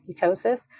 ketosis